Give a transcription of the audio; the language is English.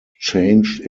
changed